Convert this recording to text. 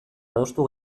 adostu